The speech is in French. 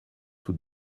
tout